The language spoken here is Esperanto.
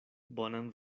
bonan